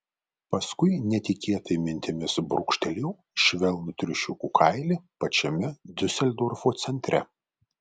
paskui netikėtai mintimis brūkštelėjau švelnų triušiukų kailį pačiame diuseldorfo centre